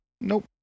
nope